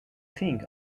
think